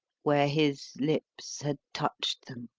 where his lips had touched them.